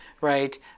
right